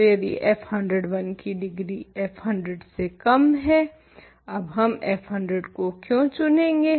तो यदि f101 की डिग्री f100 से कम है अब हम f100 को क्यूँ चुनेंगे